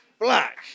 Black